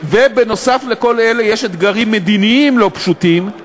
ונוסף על כל אלה יש אתגרים מדיניים לא פשוטים,